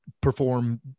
perform